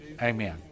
Amen